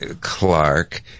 Clark